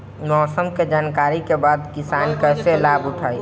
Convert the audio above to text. मौसम के जानकरी के बाद किसान कैसे लाभ उठाएं?